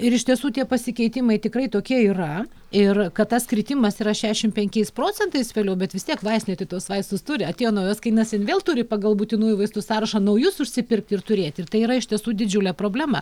ir iš tiesų tie pasikeitimai tikrai tokie yra ir kad tas kritimas yra šiašim penkiais procentais vėliau bet vis tiek vaistinėj tik tuos vaistus turi atėjo naujas kainynas jin vėl turi pagal būtinųjų vaistų sąrašą naujus užsipirkti ir turėti ir tai yra iš tiesų didžiulė problema